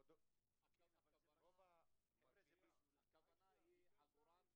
אז אתה שואל איפה נמצא העגורן,